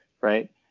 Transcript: right